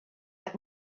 had